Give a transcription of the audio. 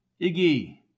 Iggy